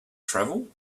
travel